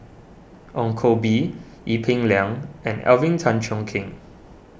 Ong Koh Bee Ee Peng Liang and Alvin Tan Cheong Kheng